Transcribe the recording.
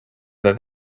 that